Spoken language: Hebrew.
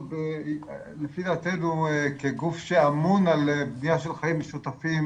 לפי דעתנו כגוף שאמון על בנייה של חיים משותפים